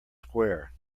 square